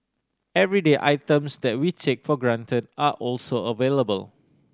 everyday items that we take for granted are also available